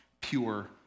pure